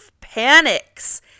panics